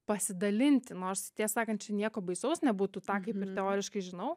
pasidalinti nors tiesą sakant čia nieko baisaus nebūtų tą kaip teoriškai žinau